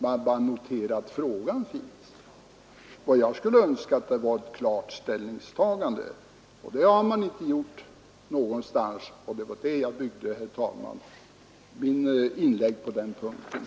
Man har bara noterat att frågan finns. Jag skulle ha önskat att få ett klart ställningstagande, men något sådant har man inte presterat. Det var på det förhållandet som jag byggde mitt inlägg på den punkten.